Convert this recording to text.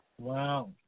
Wow